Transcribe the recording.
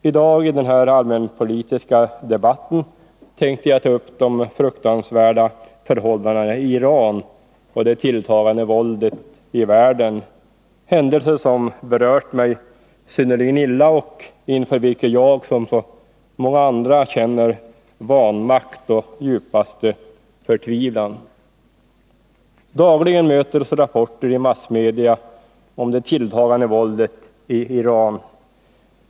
I dag i den allmänpolitiska debatten tänkte jag ta upp de fruktansvärda förhållandena i Iran och det tilltagande våldet i världen, händelser som berört mig synnerligen illa och inför vilka jag som så många andra känner vanmakt och djupaste förtvivlan. Dagligen möter oss rapporter i massmedia om det tilltagande våldet i Iran.